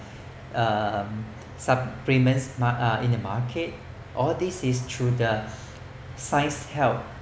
um supplements uh in the market or this is through the science help